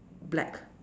black